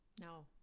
no